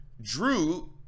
Drew